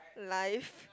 life